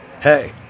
Hey